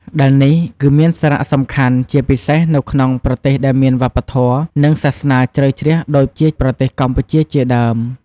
ដែលនេះគឺមានសារៈសំខាន់ជាពិសេសនៅក្នុងប្រទេសដែលមានវប្បធម៌ និងសាសនាជ្រៅជ្រះដូចជាប្រទេសកម្ពុជាជាដើម។